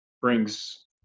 brings